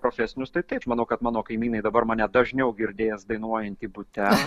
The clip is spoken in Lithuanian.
profesinius tai taip aš manau kad mano kaimynai dabar mane dažniau girdės dainuojantį bute